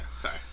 sorry